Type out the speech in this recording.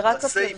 זה רק הפרסום.